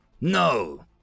No